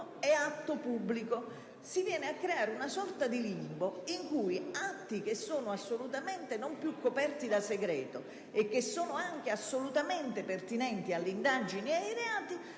e atto pubblico: si viene a creare una sorta di limbo, in cui atti che non sono più coperti da segreto e che sono anche assolutamente pertinenti alle indagini e ai reati